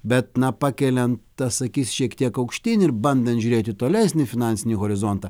bet na pakeliant tas akis šiek tiek aukštyn ir bandant žiūrėt į tolesnį finansinį horizontą